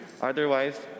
Otherwise